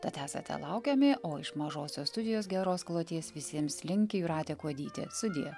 tad esate laukiami o iš mažosios studijos geros kloties visiems linki jūratė kuodytė sudie